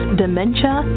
dementia